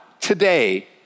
today